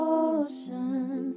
ocean